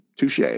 Touche